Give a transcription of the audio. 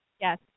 Yes